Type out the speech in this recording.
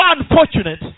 unfortunate